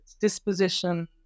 disposition